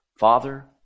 Father